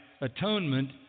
atonement